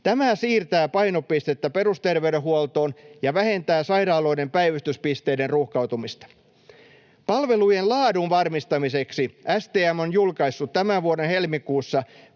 Tämä siirtää painopistettä perusterveydenhuoltoon ja vähentää sairaaloiden päivystyspisteiden ruuhkautumista. Palvelujen laadun varmistamiseksi STM on julkaissut tämän vuoden helmikuussa